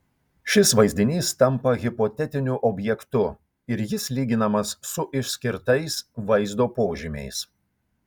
šis vaizdinys tampa hipotetiniu objektu ir jis lyginamas su išskirtais vaizdo požymiais